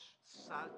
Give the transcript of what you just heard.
יש סל.